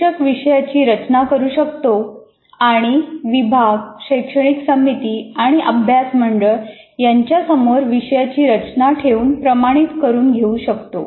शिक्षक विषयाची रचना करू शकतो आणि विभाग शैक्षणिक समिती आणि अभ्यास मंडळ यांच्या समोर विषयाची रचना ठेवून प्रमाणित करून घेऊ शकतो